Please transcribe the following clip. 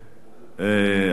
עריק מדאלית-אל-כרמל,